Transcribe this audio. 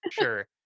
sure